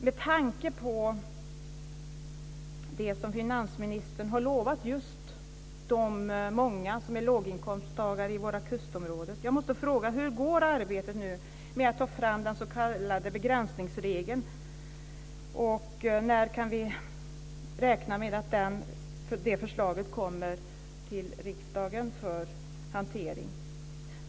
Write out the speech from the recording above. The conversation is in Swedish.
Med tanke på det som finansministern har lovat just de många som är låginkomsttagare i våra kustområden måste jag fråga: Hur går arbetet med att ta fram den s.k. begränsningsregeln och när kan vi räkna med att det förslaget kommer till riksdagen för hantering?